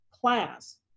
class